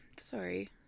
sorry